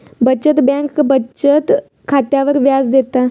बचत बँक बचत खात्यावर व्याज देता